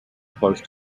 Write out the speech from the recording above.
close